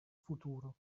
futuro